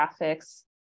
graphics